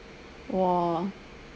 !wah!